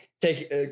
Take